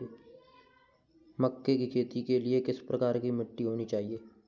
मक्के की खेती के लिए किस प्रकार की मिट्टी होनी चाहिए?